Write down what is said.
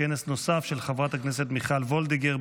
כנס נוסף של חברת הכנסת מיכל וולדיגר,